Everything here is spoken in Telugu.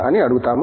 అని అడుగుతాము